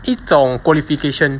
一种 qualification